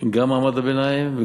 גם מעמד הביניים.